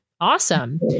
Awesome